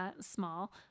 small